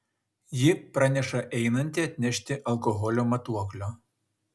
ji praneša einanti atnešti alkoholio matuoklio